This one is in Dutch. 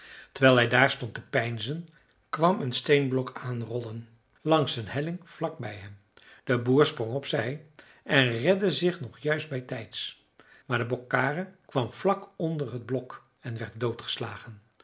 terwijl hij daar stond te peinzen kwam een steenblok aanrollen langs een helling vlak bij hem de boer sprong opzij en redde zich nog juist bijtijds maar de bok kare kwam vlak onder het blok en